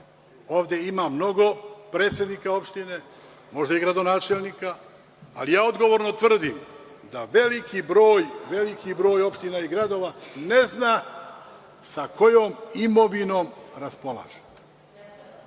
Ovde ima mnogo predsednika opština, možda i gradonačelnika, ali ja odgovorno tvrdim da veliki broj opština i gradova ne zna sa kojom imovinom raspolaže.